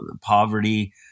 poverty